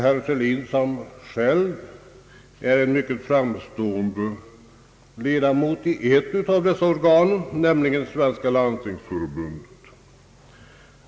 Herr Sörlin är ju själv en myc ket framstående ledamot i ett av dessa organ, Svenska landstingsförbundet.